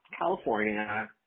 California